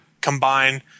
combine